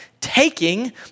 taking